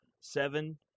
Seven